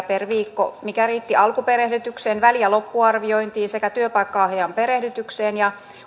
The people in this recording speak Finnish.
per viikko mikä riitti alkuperehdytykseen väli ja loppuarviointiin sekä työpaikkaohjaajan perehdytykseen ja